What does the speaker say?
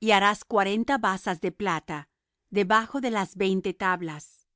y harás cuarenta basas de plata debajo de las veinte tablas